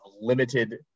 limited